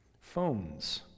phones